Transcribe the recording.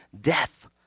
death